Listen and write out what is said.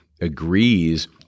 agrees